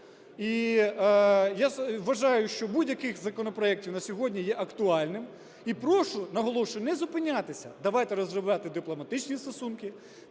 І я вважаю, що будь-який з законопроектів на сьогодні є актуальним, і прошу, наголошую, не зупинятися. Давайте розривати дипломатичні стосунки.